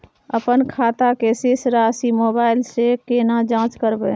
अपन खाता के शेस राशि मोबाइल से केना जाँच करबै?